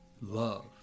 love